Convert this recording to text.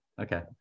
Okay